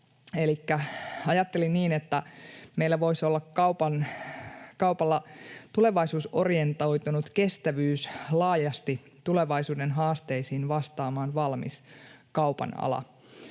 ajattelin niin, että meillä voisi olla kaupalla tulevaisuusorientoitunut kestävyys, laajasti tulevaisuuden haasteisiin vastaamaan valmis kaupan ala: